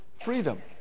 freedom